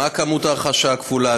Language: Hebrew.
מה היקף ההרכשה הכפולה?